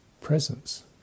presence